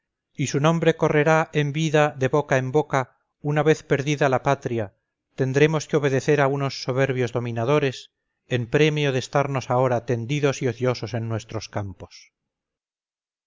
y su nombre correrá en vida de boca en boca una vez perdida la patria tendremos que obedecer a unos soberbios dominadores en premio de estarnos ahora tendidos y ociosos en nuestros campos